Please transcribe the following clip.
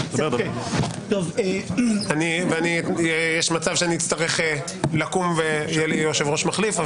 יש מצב שאני אצטרך לקום ויהיה לי יושב-ראש מחליף,